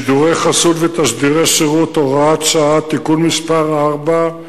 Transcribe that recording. (שידורי חסות ותשדירי שירות) (הוראת שעה) (תיקון מס' 4),